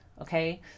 okay